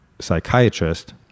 psychiatrist